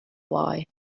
why